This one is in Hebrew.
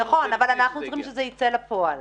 נכון, אבל אנחנו צריכים שזה יצא לפועל.